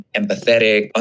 empathetic